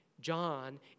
John